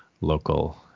local